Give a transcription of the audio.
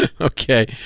Okay